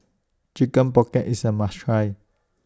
Chicken Pocket IS A must Try